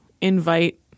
invite